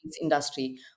industry